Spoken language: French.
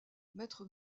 maître